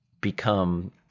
become